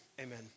amen